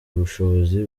ubushobozi